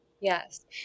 Yes